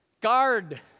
guard